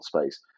space